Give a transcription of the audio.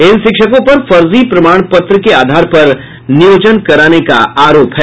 इन शिक्षकों पर फर्जी प्रमाण पत्र के आधार पर नियोजन कराने का आरोप है